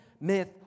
myth